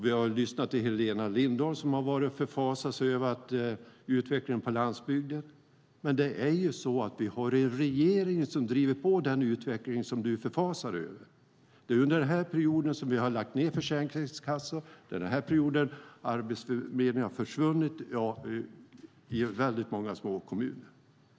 Vi har lyssnat till Helena Lindahl som har förfasat sig över utvecklingen på landsbygden. Men vi har ju en regering som driver på den utveckling som hon förfasar sig över. Det är under denna period som vi har lagt ned Försäkringskassan, och det är under denna period som Arbetsförmedlingen har försvunnit i många små kommuner.